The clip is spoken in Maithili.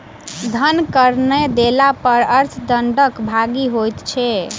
धन कर नै देला पर अर्थ दंडक भागी होइत छै